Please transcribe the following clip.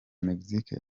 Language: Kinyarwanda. mexique